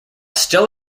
still